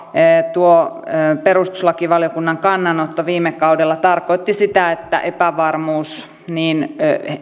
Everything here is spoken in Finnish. tuo perustuslakivaliokunnan kannanotto viime kaudella tarkoitti sitä että epävarmuus niin